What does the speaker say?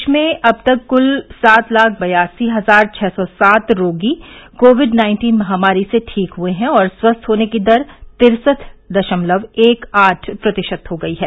देश में अब तक कुल सात लाख बयासी हजार छः सौ सात रोगी कोविड नाइन्टीन महामारी से ठीक हुए हैं और स्वस्थ होने की दर तिरसठ दशमलव एक आठ प्रतिशत हो गयी है